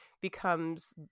becomes